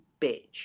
bitch